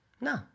No